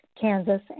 Kansas